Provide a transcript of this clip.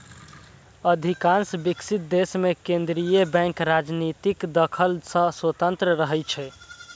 अधिकांश विकसित देश मे केंद्रीय बैंक राजनीतिक दखल सं स्वतंत्र रहै छै